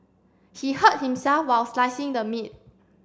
he hurt himself while slicing the meat